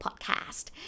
Podcast